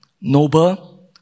noble